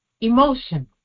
emotion